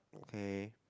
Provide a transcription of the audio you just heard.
okay